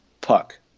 Puck